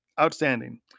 outstanding